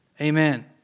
Amen